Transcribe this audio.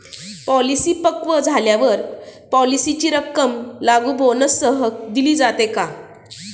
Policy पक्व झाल्यावर पॉलिसीची रक्कम लागू बोनससह दिली जाते का?